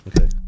Okay